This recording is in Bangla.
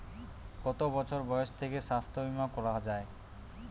কত বছর বয়স থেকে স্বাস্থ্যবীমা করা য়ায়?